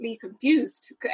confused